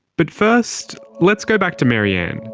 but first, let's go back to mary anne.